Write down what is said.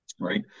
Right